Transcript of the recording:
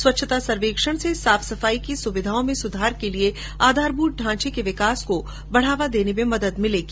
स्वच्छता सर्वेक्षण से साफ सफाई की सुविधाओं में सुधार के लिए आधारभूत ढांचे के विकास को बढ़ावा देने में मदद मिलेगी